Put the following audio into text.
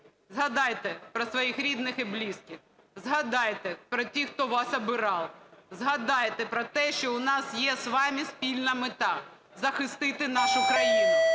згадайте про своїх рідних і близьких. Згадайте про тих, хто вас обирав, згадайте про те, що у нас є з вами спільна мета – захистити нашу країну.